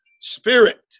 spirit